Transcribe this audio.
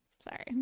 Sorry